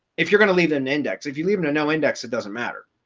if you're going to leave an index, if you leave in a no index, it doesn't matter.